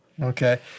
Okay